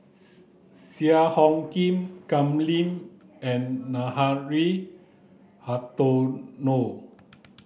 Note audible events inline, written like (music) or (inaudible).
(unintelligible) Cheang Hong Lim Kam Ning and Nathan Hartono